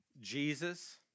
Jesus